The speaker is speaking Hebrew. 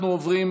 אנחנו עוברים,